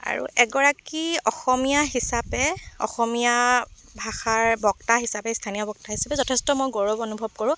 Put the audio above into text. আৰু এগৰাকী অসমীয়া হিচাপে অসমীয়া ভাষাৰ বক্তা হিচাপে স্থানীয় বক্তা হিচাপে যথেষ্ট মই গৌৰৱ অনুভৱ কৰোঁ